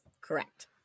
Correct